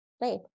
Right